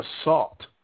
assault